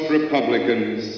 Republicans